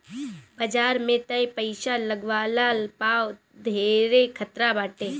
बाजार में तअ पईसा लगवला पअ धेरे खतरा बाटे